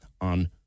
on